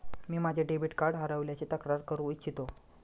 मी माझे debit card हरवल्याची तक्रार करू इच्छितो